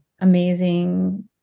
amazing